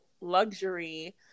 luxury